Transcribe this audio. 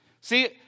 See